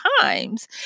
times